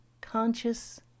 conscious